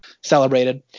celebrated